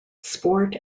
sport